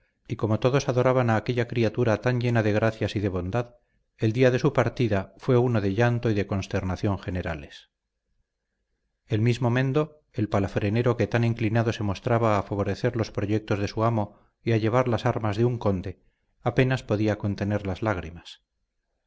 y como todos adoraban a aquella criatura tan llena de gracias y de bondad el día de su partida fue uno de llanto y de consternación generales el mismo mendo el palafrenero que tan inclinado se mostraba a favorecer los proyectos de su amo y a llevar las armas de un conde apenas podía contener las lágrimas